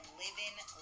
Living